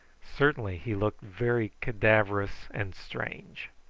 certainly he looked very cadaverous and strange.